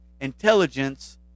Intelligence